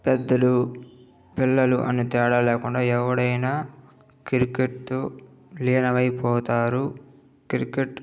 పెద్దలు పిల్లలు అని తేడా లేకుండా ఎవడైనా క్రికెట్ లీనమైపోతారు క్రికెట్